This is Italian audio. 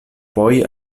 poi